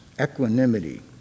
equanimity